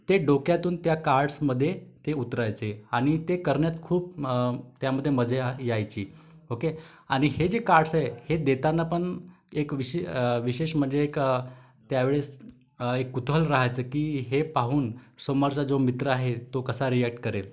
ते डोक्यातून त्या कार्ड्समध्ये ते उतरायचे आणि ते करण्यात खूप त्यामधे मजा यायची ओके आणि हे जे कार्ड्स आहे हे देताना पण एक विशे विशेष म्हणजे एक त्या वेळेस एक कुतूहल राह्यचं की हे पाहून समोरचा जो मित्र आहे तो कसा रिॲक्ट करेल